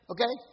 Okay